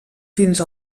fins